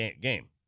game